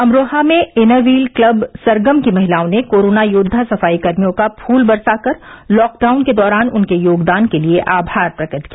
अमरोहा में Inner Wheel club Sargam की महिलाओं ने कोरोना योद्वा सफाईकर्मियों का फूल बरसाकर लॉकडाउन के दौरान उनके योगदान के लिए आभार प्रकट किया